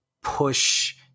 push